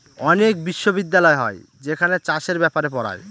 অনেক বিশ্ববিদ্যালয় হয় যেখানে চাষের ব্যাপারে পড়ায়